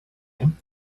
him